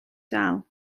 dal